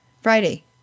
Friday